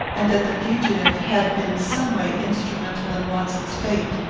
and that the fugitive had been someway instrumental in watson's fate.